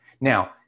Now